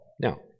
Now